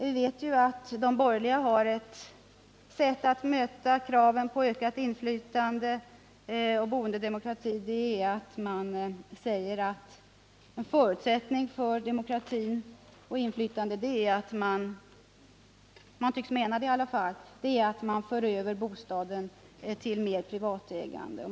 Vi vet att de borgerliga har ett sätt att möta kraven på ökat inflytande på boendedemokrati, nämligen att de säger att en förutsättning för demokrati och inflytande är att — man tycks mena det i alla fall — föra över bostäder till mer privat ägande.